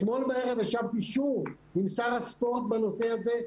אתמול בערב ישבתי שוב עם שר הספורט בנושא הזה,